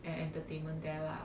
and entertainment there lah